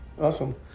Awesome